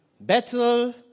Battle